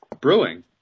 brewing